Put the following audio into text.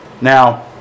Now